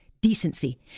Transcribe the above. decency